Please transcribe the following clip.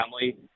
family